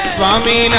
Swami